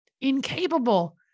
incapable